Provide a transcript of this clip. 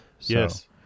Yes